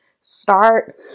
start